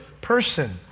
person